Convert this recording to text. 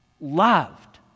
loved